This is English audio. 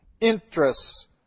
interests